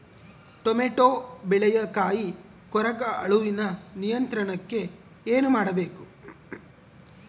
Tomato ಬೆಳೆಯ ಕಾಯಿ ಕೊರಕ ಹುಳುವಿನ ನಿಯಂತ್ರಣಕ್ಕೆ ಏನು ಮಾಡಬೇಕು?